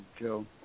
Joe